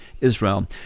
Israel